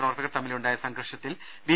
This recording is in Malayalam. പ്രവർത്തകർ തമ്മിലുണ്ടായ സംഘർഷത്തിൽ ബി